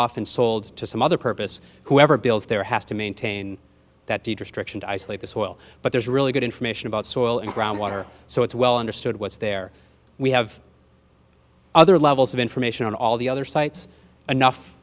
and sold to some other purpose whoever builds there has to maintain that the destruction to isolate the soil but there's a really good information about soil and groundwater so it's well understood what's there we have other levels of information on all the other sites enough